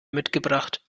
mitgebracht